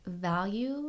value